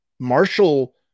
Marshall